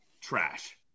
Trash